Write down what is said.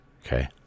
Okay